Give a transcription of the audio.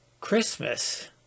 Christmas